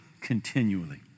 continually